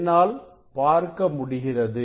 என்னால் பார்க்க முடிகிறது